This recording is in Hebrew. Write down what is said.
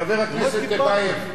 חבר הכנסת טיבייב,